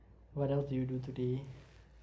what else did you do today